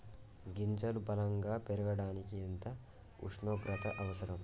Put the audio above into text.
గింజలు బలం గా పెరగడానికి ఎంత ఉష్ణోగ్రత అవసరం?